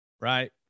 right